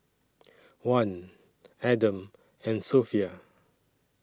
Wan Adam and Sofea